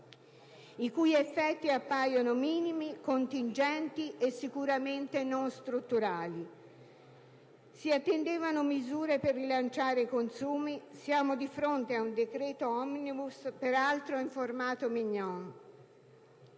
i cui effetti appaiono minimi, contingenti e sicuramente non strutturali. Si attendevano misure per rilanciare i consumi; siamo invece di fronte ad un decreto *omnibus*, peraltro in formato *mignon*: